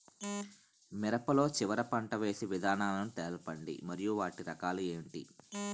మిరప లో చివర పంట వేసి విధానాలను తెలపండి మరియు వాటి రకాలు ఏంటి